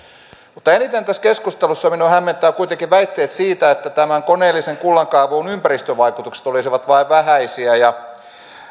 mutta eniten tässä keskustelussa minua hämmentävät kuitenkin väitteet siitä että koneellisen kullankaivuun ympäristövaikutukset olisivat vain vähäisiä ja